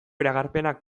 iragarpenak